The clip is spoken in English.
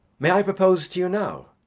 may i propose to you now?